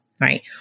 right